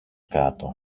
κάτω